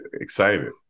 Excited